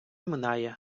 минає